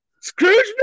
Scrooge